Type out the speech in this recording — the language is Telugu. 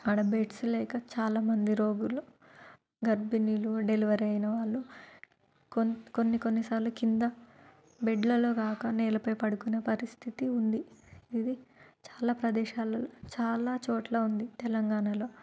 అక్కడ బెడ్స్ లేక చాలా మంది రోగులు గర్భిణీలు డెలివరీ అయిన వాళ్ళు కొన్ని కొన్ని కొన్ని సార్లు కింద బెడ్లలో కాక నేలపై పడుకునే పరిస్థితి ఉంది ఇది చాలా ప్రదేశాలు చాలా చోట్ల ఉంది తెలంగాణలో